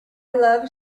love